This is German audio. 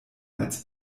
als